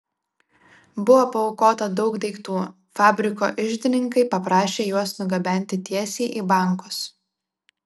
buvo paaukota daug daiktų fabriko iždininkai paprašė juos nugabenti tiesiai į bankus